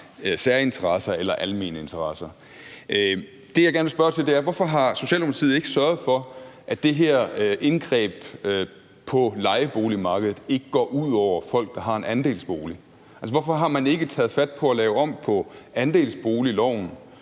særinteresser eller almeninteresser. Det, jeg gerne vil spørge til, er, hvorfor Socialdemokratiet ikke har sørget for, at det her indgreb på lejeboligmarkedet ikke går ud over folk, der har en andelsbolig. Altså, hvorfor har man ikke taget fat på at lave om på andelsboligloven,